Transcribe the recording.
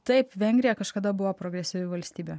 taip vengrija kažkada buvo progresyvi valstybė